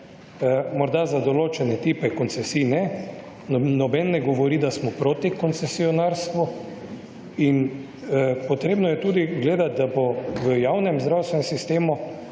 Morda za določene tipe koncesij ne. Noben ne govori, da smo proti koncesionarstvu. In potrebno je tudi gledati, da bo v javnem zdravstvenem sistemu